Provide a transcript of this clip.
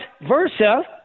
versa